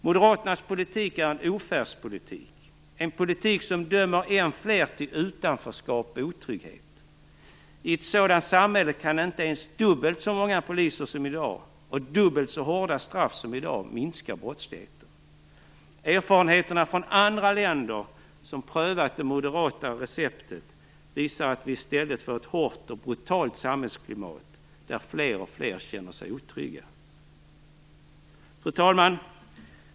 Moderaternas politik är en ofärdspolitik, en politik som dömer alltfler till utanförskap och otrygghet. I ett sådant samhälle kan inte ens dubbelt så många poliser som i dag och dubbelt så hårda straff som i dag minska brottsligheten. Erfarenheterna från andra länder som prövat det moderata receptet visar att vi i stället får ett hårt och brutalt samhällsklimat där alltfler känner sig otrygga. Fru talman!